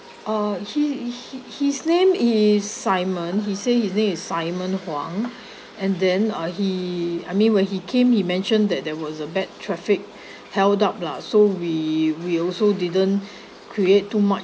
uh he he his name is simon he say his name is simon huang and then uh he I mean when he came he mentioned that there was a bad traffic held up lah so we we also didn't create too much of